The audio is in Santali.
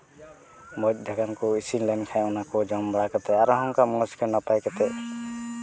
ᱵᱷᱚᱡᱽ ᱫᱟᱠᱟ ᱠᱚ ᱤᱥᱤᱱ ᱞᱮᱱᱠᱷᱟᱱ ᱚᱱᱟ ᱠᱚ ᱡᱚᱢ ᱵᱟᱲᱟ ᱠᱟᱛᱮ ᱟᱨᱚ ᱦᱟᱸᱜ ᱠᱚ ᱢᱚᱡᱽᱛᱮ ᱱᱟᱯᱟᱭ ᱠᱟᱛᱮ